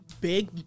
big